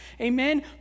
Amen